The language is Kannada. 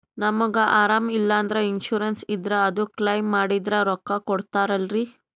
ನಮಗ ಅರಾಮ ಇಲ್ಲಂದ್ರ ಇನ್ಸೂರೆನ್ಸ್ ಇದ್ರ ಅದು ಕ್ಲೈಮ ಮಾಡಿದ್ರ ರೊಕ್ಕ ಕೊಡ್ತಾರಲ್ರಿ?